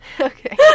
okay